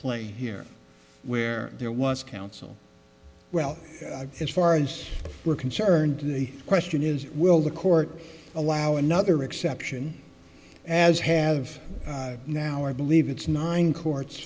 play here where there was counsel well as far as we're concerned the question is will the court allow another exception as have now or believe it's nine courts